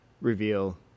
reveal